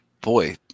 Boy